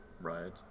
right